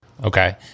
Okay